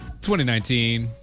2019